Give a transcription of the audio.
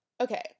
Okay